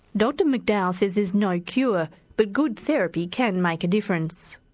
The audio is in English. dr mcdowell says there's no cure but good therapy can make a difference.